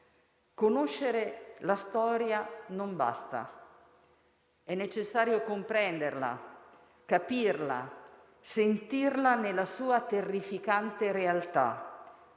Conoscere la storia non basta: è necessario comprenderla, capirla, sentirla nella sua terrificante realtà.